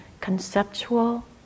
conceptual